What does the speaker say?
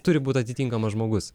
turi būt atitinkamas žmogus